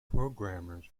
programmers